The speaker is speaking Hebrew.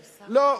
לא,